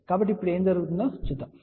కాబట్టి ఇప్పుడు ఏమి జరుగుతుందో చూద్దాం